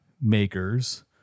makers